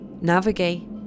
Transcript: navigate